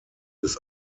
des